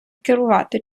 керувати